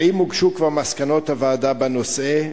האם הוגשו כבר מסקנות הוועדה בנושא?